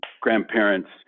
grandparents